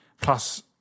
plus